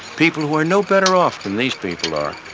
people who are no better off than these people are,